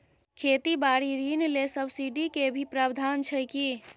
खेती बारी ऋण ले सब्सिडी के भी प्रावधान छै कि?